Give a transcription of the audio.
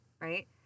Right